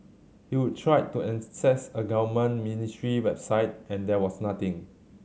he'd tried to access a government ministry website and there was nothing